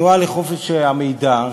התנועה לחופש המידע,